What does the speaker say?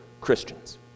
Christians